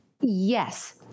yes